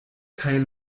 kaj